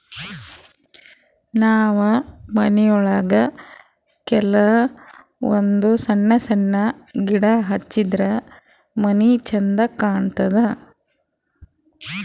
ನಾವ್ ಮನಿಯೊಳಗ ಕೆಲವಂದ್ ಸಣ್ಣ ಸಣ್ಣ ಗಿಡ ಹಚ್ಚಿದ್ರ ಮನಿ ಛಂದ್ ಕಾಣತದ್